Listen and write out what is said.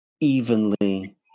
evenly